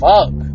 Fuck